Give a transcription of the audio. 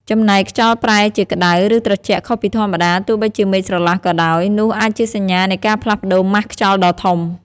ចំណែកខ្យល់ប្រែជាក្តៅ ឬត្រជាក់ខុសពីធម្មតាទោះបីជាមេឃស្រឡះក៏ដោយ នោះអាចជាសញ្ញានៃការផ្លាស់ប្តូរម៉ាស់ខ្យល់ដ៏ធំ។